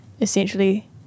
essentially